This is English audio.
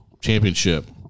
championship